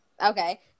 Okay